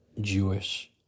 Jewish